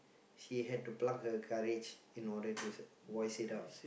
she had to pluck her courage in order to voice it out